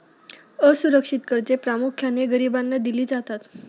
असुरक्षित कर्जे प्रामुख्याने गरिबांना दिली जातात